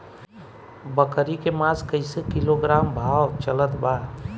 बकरी के मांस कईसे किलोग्राम भाव चलत बा?